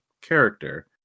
character